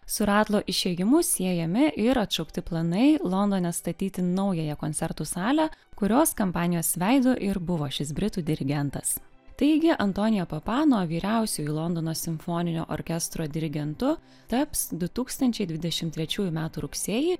su ratlo išėjimu siejami ir atšaukti planai londone statyti naująją koncertų salę kurios kampanijos veidu ir buvo šis britų dirigentas taigi antonio papano vyriausiuoju londono simfoninio orkestro dirigentu taps du tūkstančiai dvidešimt trečiųjų metų rugsėjį